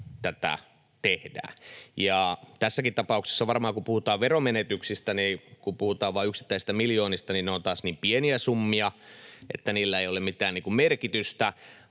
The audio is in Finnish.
tätä tehdään. Tässäkin tapauksessa varmaan, kun puhutaan veromenetyksistä ja puhutaan vain yksittäisistä miljoonista, niin ne ovat taas niin pieniä summia, että niillä ei ole mitään merkitystä,